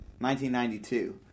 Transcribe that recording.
1992